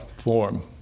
form